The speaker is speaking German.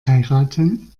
heiraten